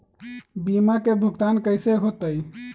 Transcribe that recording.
बीमा के भुगतान कैसे होतइ?